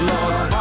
Lord